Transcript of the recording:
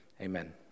Amen